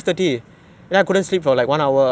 just thinking about the dream right